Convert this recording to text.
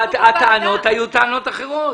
הטענות היו טענות אחרות.